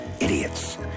Idiots